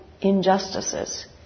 injustices